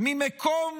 ממקום